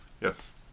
Yes